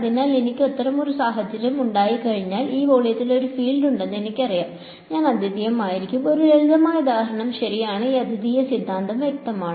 അതിനാൽ എനിക്ക് അത്തരമൊരു സാഹചര്യം ഉണ്ടായിക്കഴിഞ്ഞാൽ ഈ വോള്യത്തിൽ ഒരു ഫീൽഡ് ഉണ്ടെന്ന് എനിക്കറിയാം ഞങ്ങൾ അദ്വിതീയമായിരിക്കും ഒരു ലളിതമായ ഉദാഹരണം ശരിയാണ് ഈ അദ്വിതീയ സിദ്ധാന്തം വ്യക്തമാണ്